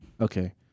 Okay